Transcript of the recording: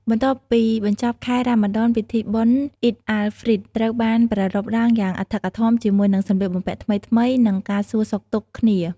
បន្ទាប់ពីបញ្ចប់ខែរ៉ាម៉ាឌន ពិធីបុណ្យ "អ៊ីដ អាល់ ហ្វ្រីត" ត្រូវបានប្រារព្ធឡើងយ៉ាងអធិកអធមជាមួយនឹងសម្លៀកបំពាក់ថ្មីៗ និងការសួរសុខទុក្ខគ្នា។